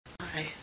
Hi